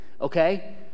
Okay